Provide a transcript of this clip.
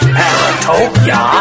paratopia